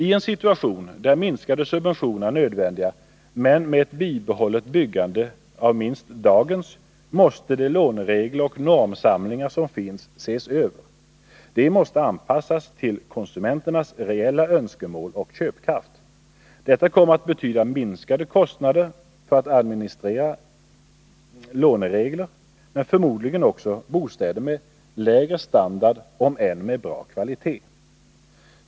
I en situation där minskade subventioner är nödvändiga men med bibehållet byggande av minst dagens omfattning, måste de låneregler och normsamlingar som finns ses över. De måste anpassas till konsumenternas reella önskemål och köpkraft. Detta kommer att betyda minskade kostnader för att administrera låneregler, men förmodligen också bostäder med lägre standard, om än med bra kvalitet.